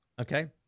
okay